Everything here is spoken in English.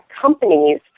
companies